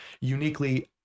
uniquely